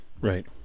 Right